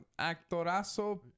actorazo